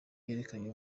yerekanye